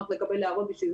צריך לבחון אם היו כשלים,